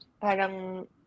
parang